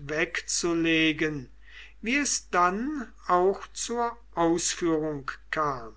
wegzulegen wie es dann auch zur ausführung kam